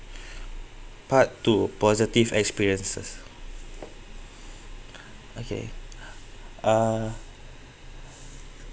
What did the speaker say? part two positive experiences okay ah